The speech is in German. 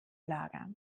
lager